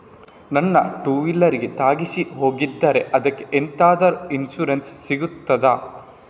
ನನ್ನ ಟೂವೀಲರ್ ಗೆ ತಾಗಿಸಿ ಹೋಗಿದ್ದಾರೆ ಅದ್ಕೆ ಎಂತಾದ್ರು ಇನ್ಸೂರೆನ್ಸ್ ಸಿಗ್ತದ?